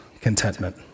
contentment